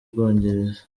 bwongereza